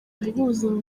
guhuza